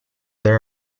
there